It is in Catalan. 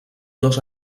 dos